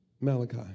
Malachi